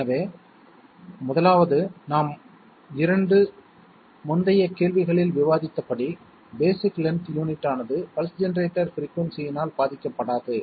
எனவே 1 வது நாம் 2 முந்தைய கேள்விகளில் விவாதித்தபடி பேஸிக் லென்த் யூனிட் ஆனது பல்ஸ் ஜெனரேட்டர் பிரிக்குயின்சிணால் பாதிக்கப்படாது